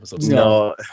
No